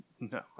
No